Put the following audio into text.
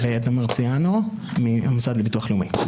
גם עדנה מרציאנו מהמוסד לביטוח לאומי.